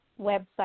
website